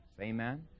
Amen